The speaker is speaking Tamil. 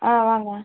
ஆ ஆமாம்